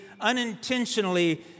unintentionally